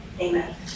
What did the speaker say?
Amen